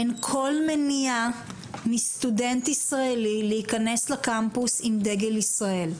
אין כל מניעה מסטודנט ישראלי להיכנס לקמפוס גם דגל ישראל.